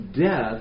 death